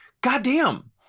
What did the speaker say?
goddamn